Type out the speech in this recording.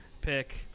pick